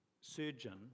surgeon